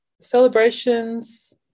Celebrations